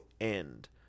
end